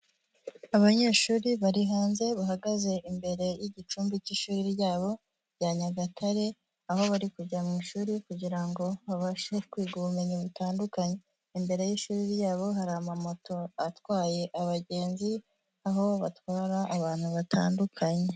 Abanyeshuri bari hanze bahagaze imbere y'igicumbi cy'ishuri ryabo rya Nyagatare, aho bari kujya mu ishuri kugira ngo babashe kwiga ubumenyi butandukanye, imbere y'ishuri ryabo hari amamoto atwaye abagenzi, aho batwara abantu batandukanye.